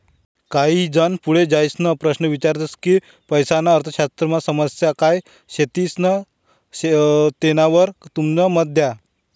काही जन पुढे जाईसन प्रश्न ईचारतस की पैसाना अर्थशास्त्रमा समस्या काय शेतीस तेनावर तुमनं मत द्या